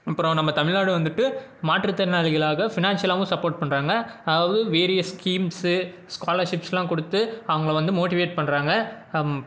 அப்புறம் நம்ம தமிழ்நாடு வந்துவிட்டு மாற்றுத்திறனாளிகளாக ஃபினான்சியலாகவும் சப்போர்ட் பண்ணுறாங்க அதாவது வேரியஸ் ஸ்கீம்ஸு ஸ்காலர்ஷிப்ஸ் எல்லாம் கொடுத்து அவங்களை வந்து மோட்டிவேட் பண்ணுறாங்க